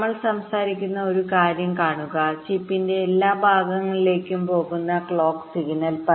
നമ്മൾ സംസാരിക്കുന്ന ഒരു കാര്യം കാണുക ചിപ്പിന്റെ എല്ലാ ഭാഗങ്ങളിലേക്കും പോകുന്ന ക്ലോക്ക് സിഗ്നൽ